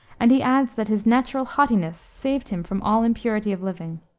and he adds that his natural haughtiness saved him from all impurity of living.